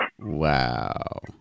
Wow